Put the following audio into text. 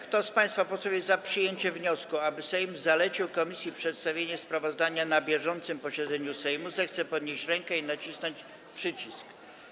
Kto z państwa posłów jest za przyjęciem wniosku, aby Sejm zlecił komisji przedstawienie sprawozdania na bieżącym posiedzeniu Sejmu, zechce podnieść rękę i nacisnąć przycisk.